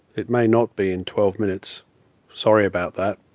it may not be in twelve minutes sorry about that.